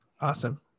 awesome